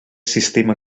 sistema